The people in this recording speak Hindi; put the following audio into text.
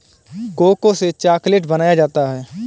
कोको से चॉकलेट बनाया जाता है